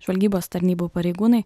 žvalgybos tarnybų pareigūnai